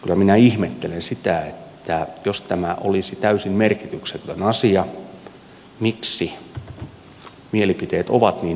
kyllä minä ihmettelen sitä että jos tämä olisi täysin merkityksetön asia miksi mielipiteet ovat niin jyrkkiä ja vahvoja